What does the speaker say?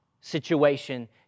situation